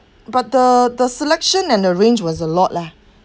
but the the selection and the range was a lot lah